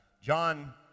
John